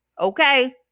okay